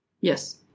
Yes